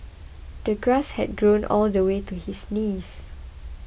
the grass had grown all the way to his knees